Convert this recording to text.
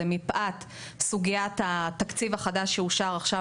מפאת סוגיית התקציב החדש שאושר עכשיו,